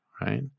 right